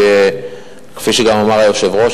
כפי שאמר גם היושב-ראש,